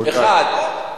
אחד,